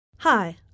Hi